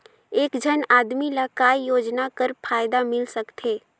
एक झन आदमी ला काय योजना कर फायदा मिल सकथे?